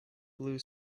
blue